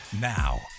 Now